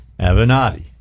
Avenatti